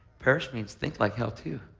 perish means thinks like hell, too.